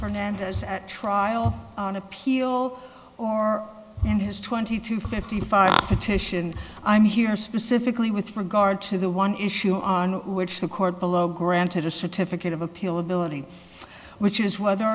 fernandez at trial on appeal or in his twenty two fifty five titian i'm here specifically with regard to the one issue on which the court below granted a certificate of appeal ability which is whether